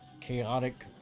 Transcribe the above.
chaotic